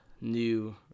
new